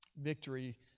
victory